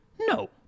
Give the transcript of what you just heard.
No